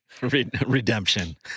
Redemption